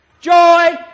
Joy